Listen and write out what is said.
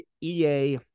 EA